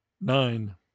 Nine